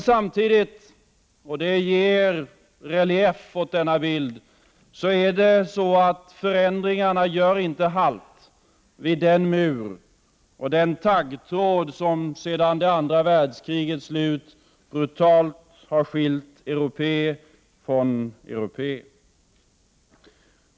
Samtidigt — och det ger relief åt denna bild — gör förändringarna inte halt vid den mur och den taggtråd som sedan andra världskrigets slut brutalt har skilt europé från europé.